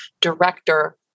director